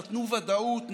נתנו ודאות,